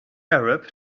arab